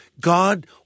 God